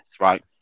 right